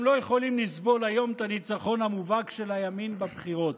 הם לא יכולים לסבול היום את הניצחון המובהק של הימין בבחירות.